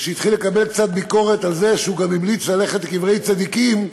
וכשהתחיל לקבל קצת ביקורת על זה שהוא גם המליץ ללכת לקברי צדיקים,